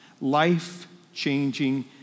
life-changing